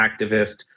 activist